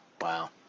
wow